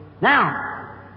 Now